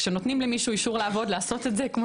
כשנותנים למישהו אישור לעבוד צריך לעשות את זה כמו